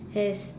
has